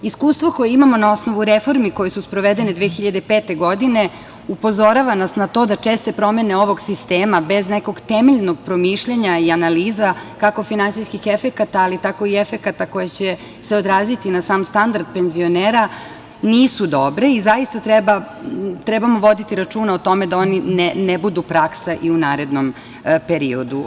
Iskustvo koje imamo na osnovu reformi koje su sprovedene 2005. godine upozorava nas na to da česte promene ovog sistema bez nekog temeljnog promišljanja i analiza, kako finansijskih efekata, ali tako i efekata koji će se odraziti na sam standard penzionera, nisu dobre i zaista trebamo voditi računa o tome da oni ne budu praksa i u narednom periodu.